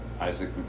Isaac